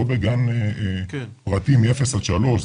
לא בגן פרטי מאפס עד שלוש,